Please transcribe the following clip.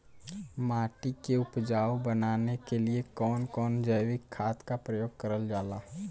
माटी के उपजाऊ बनाने के लिए कौन कौन जैविक खाद का प्रयोग करल जाला?